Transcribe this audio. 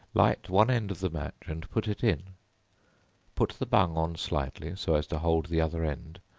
light one end of the match, and put it in put the bung on slightly, so as to hold the other end,